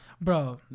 Bro